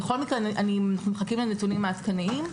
אנחנו מחכים לנתונים העדכניים.